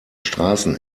straßen